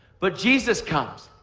but jesus comes.